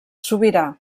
sobirà